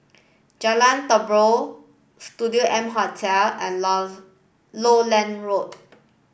Jalan Terubok Studio M Hotel and Lowland Road